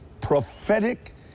prophetic